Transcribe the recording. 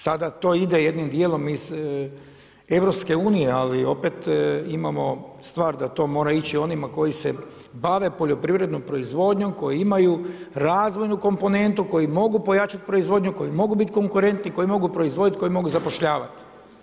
Sada to ide jednim djelom iz EU-a ali opet imamo stvar da to mora ići onima koji se bave poljoprivrednom proizvodnjom, koji imaju razvojnu komponentu, koji mogu pojačati proizvodnju, koji mogu biti konkurentni, koji mogu proizvoditi, koji mogu zapošljavati.